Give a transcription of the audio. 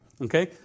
okay